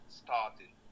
starting